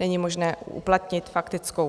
není možné uplatnit faktickou.